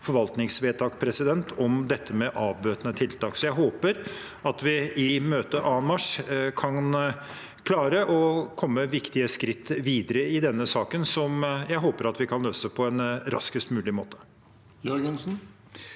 forvaltningsvedtak om dette med avbøtende tiltak. Jeg håper at vi i møtet 2. mars kan klare å komme viktige skritt videre i denne saken, som jeg håper at vi kan løse på en raskest mulig måte.